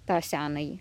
tą senąjį